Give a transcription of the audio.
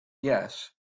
yes